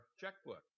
checkbook